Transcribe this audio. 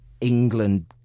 England